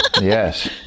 Yes